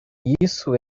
isso